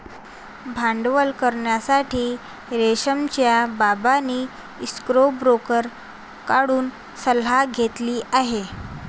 भांडवल करण्यासाठी रमेशच्या बाबांनी स्टोकब्रोकर कडून सल्ला घेतली आहे